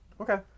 Okay